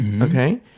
Okay